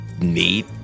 neat